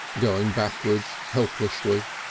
going backward helplessly,